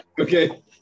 Okay